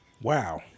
Wow